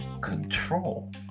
control